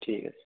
ঠিক আছে